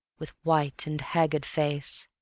with white and haggard face,